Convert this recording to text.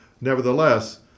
nevertheless